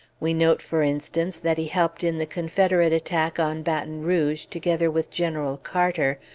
we note, for instance, that he helped in the confederate attack on baton rouge, together with general carter,